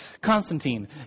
Constantine